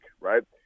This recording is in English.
right